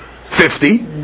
fifty